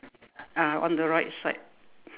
ah on the right side